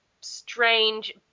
strange